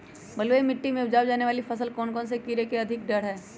बलुई मिट्टी में उपजाय जाने वाली फसल में कौन कौन से कीड़े होने के अधिक डर हैं?